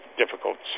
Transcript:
difficult